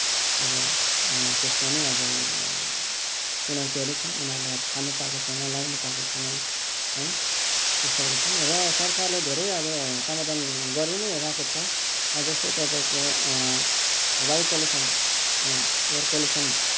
अब त्यसमा पनि अब चुनौतीहरू छन् उनीहरूले अब खान पाएका छैन लगाउनु पाएको छैन है त्यस्ताहरू छन् र सरकारले धेरै अब समाधान गरिनै रहेको छ अब जस्तै तपाईँको वायु पोल्युसन एयर पोल्युसन